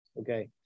Okay